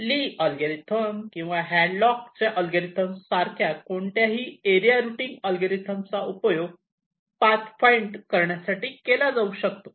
ली algorithm किंवा हॅडलॉकच्या Hadlock's algorithm सारख्या कोणत्याही एरिया रुटींग अल्गोरिदम चा उपयोग पाथ फाईंड करण्यासाठी केला जाऊ शकतो